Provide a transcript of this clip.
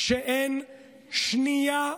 שאין שנייה אחת,